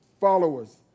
followers